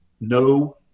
no